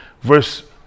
verse